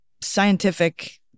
scientific